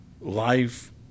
life